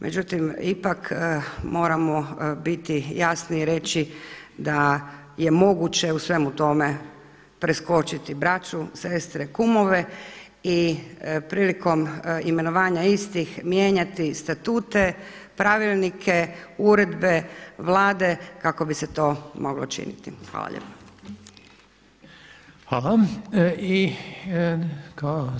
Međutim, ipak moramo biti jasni i reći da je moguće u svemu tome preskočiti braću, sestre, kumove i prilikom imenovanja istih mijenjati statute, pravilnike, uredbe, vlade kako bi se to moglo činiti.